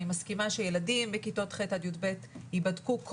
אני מסכימה שילדים מכיתות ח' עד י"ב ייבדקו,